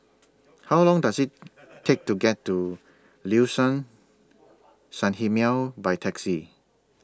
How Long Does IT Take to get to Liuxun Sanhemiao By Taxi